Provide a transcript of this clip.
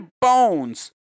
bones